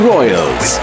Royals